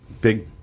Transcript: big